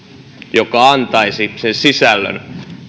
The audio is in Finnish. joka antaisi